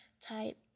type